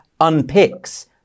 unpicks